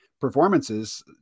performances